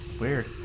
Weird